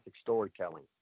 storytelling